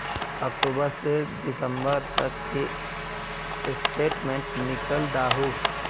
अक्टूबर से दिसंबर तक की स्टेटमेंट निकल दाहू?